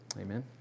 Amen